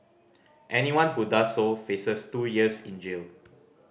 anyone who does so faces two years in jail